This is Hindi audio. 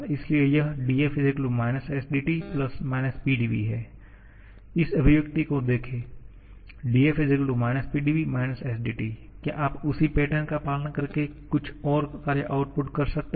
इसलिए यह df - SdT - Pdv इस अभिव्यक्ति को देखो df - Pdv - SdT क्या आप उसी पैटर्न का पालन करके कुछ और कार्य आउटपुट कर सकते हैं